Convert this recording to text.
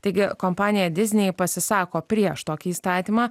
taigi kompanija diznei pasisako prieš tokį įstatymą